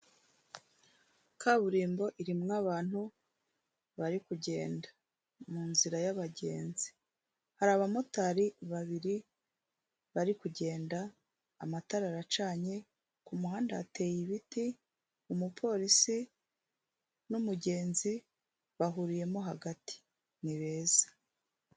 Kaburimbo irimo abantu bari kugenda mu nzira y'abagenzi, hari abamotari babiri bari kugenda, amatara aracanye, ku muhanda hateye ibiti, umupolisi n'umugenzi bahuriyemo hagati, ni beza.